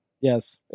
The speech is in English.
yes